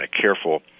careful